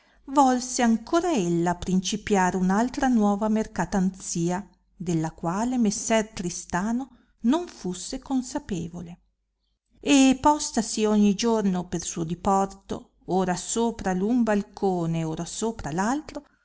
volse ancora ella principiar un altra nuova mercatanzia della quale messer tristano non fusse consapevole e postasi ogni giorno per suo diporto ora sopra l un balcone ora sopra